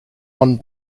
one